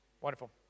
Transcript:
Wonderful